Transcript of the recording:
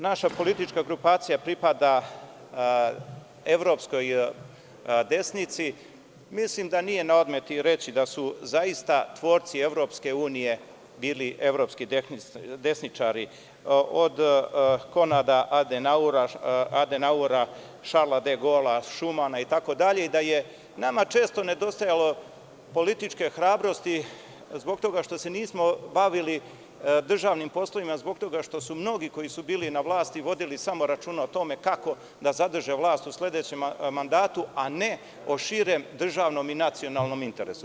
Budući da naša politička grupacija pripada evropskoj desnici, mislim da nije na odmet reći da su zaista tvorci EU bili evropski desničari, od Konarda Adenauera, Šarla de Gola, Šumana itd. i da je nama često nedostajalo političke hrabrosti zbog toga što se nismo bavili državnim poslovima, zbog toga što su mnogi koji su bili na vlasti vodili samo računa o tome kako da zadrže vlast u sledećem mandatu, a ne o širem državnom i nacionalnom interesu.